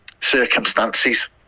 circumstances